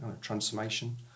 transformation